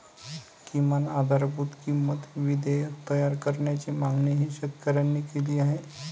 किमान आधारभूत किंमत विधेयक तयार करण्याची मागणीही शेतकऱ्यांनी केली आहे